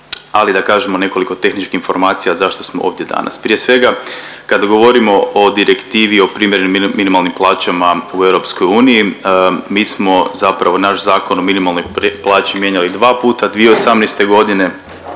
ali da kažemo nekoliko tehničkih informacija zašto smo ovdje danas. Prije svega, kad govorimo o Direktivi o primjerenim minimalnim plaćama u EU, mi smo zapravo, naš Zakon o minimalnoj plaći mijenjali 2 puta 2018. g. i